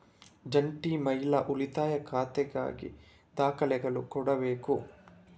ಜಂಟಿ ಮಹಿಳಾ ಉಳಿತಾಯ ಖಾತೆಗಾಗಿ ದಾಖಲೆಗಳು ಕೊಡಬೇಕು